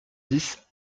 dix